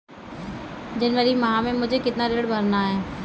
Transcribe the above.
जनवरी माह में मुझे कितना ऋण भरना है?